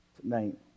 tonight